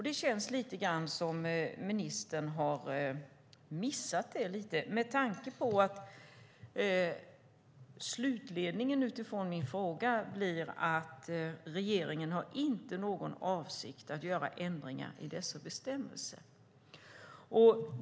Det känns lite grann som att ministern har missat det, med tanke på att slutledningen utifrån min fråga blir att regeringen inte har någon avsikt att göra ändringar i dessa bestämmelser.